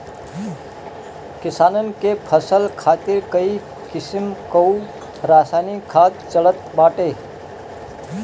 किसानन के फसल खातिर कई किसिम कअ रासायनिक खाद चलत बाटे